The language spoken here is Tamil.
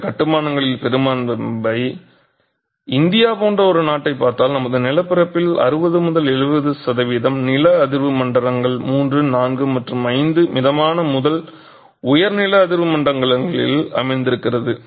இந்த கட்டுமானங்களில் பெரும்பாலானவை இந்தியா போன்ற ஒரு நாட்டைப் பார்த்தால் நமது நிலப்பரப்பில் 60 முதல் 70 சதவீதம் நில அதிர்வு மண்டலங்கள் III IV மற்றும் V மிதமான முதல் உயர் நில அதிர்வு மண்டலங்களில் அமர்ந்திருக்கிறது